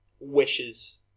wishes